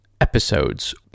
episodes